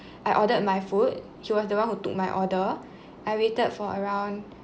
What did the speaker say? I ordered my food he was the one who took my order I waited for around